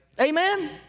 Amen